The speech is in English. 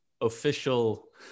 official